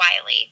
Wiley